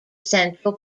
central